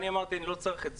ואמרתי: לא צריך את זה.